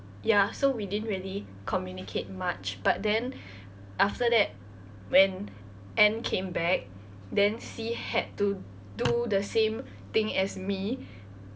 ya so we didn't really communicate much but then after that when anne came back then C had to do the same thing as me